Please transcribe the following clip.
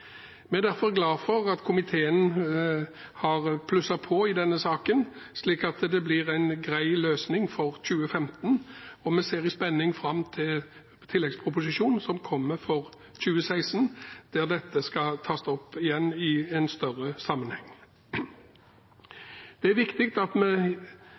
Vi er derfor glad for at komiteen har plusset på i denne saken slik at det blir en grei løsning for 2015, og vi ser i spenning fram til tilleggsproposisjonen som kommer for 2016, der dette skal tas opp igjen i en større sammenheng. Det er viktig at